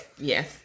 yes